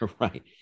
Right